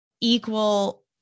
equal